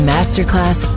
Masterclass